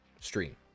stream